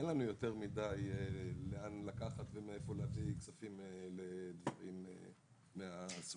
אין לנו יותר מדי לאן לקחת ומאיפה להביא כספים לדברים מהסוג הזה.